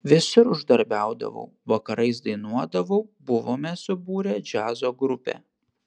visur uždarbiaudavau vakarais dainuodavau buvome subūrę džiazo grupę